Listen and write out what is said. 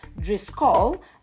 Driscoll